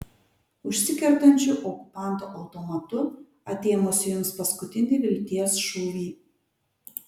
užsikertančiu okupanto automatu atėmusiu jums paskutinį vilties šūvį